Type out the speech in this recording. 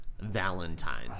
Valentine